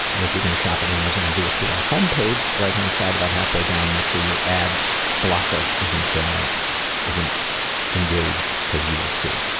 if you're gonna shop at amazon do it through our home page, right-hand side about halfway down, make sure your ad blocker isn't isn't engaged because you won't see it.